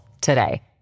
today